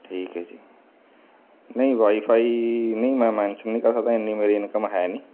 ਠੀਕ ਹੈ ਜੀ ਨਹੀਂ ਵਾਈਫਾਈ ਨਹੀਂ ਮੈਂ ਮੈਸ਼ਨ ਨਹੀਂ ਕਰ ਸਕਦਾ ਇੰਨੀ ਮੇਰੀ ਇਨਕਮ ਹੈ ਨਹੀਂ